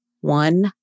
one